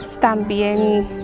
también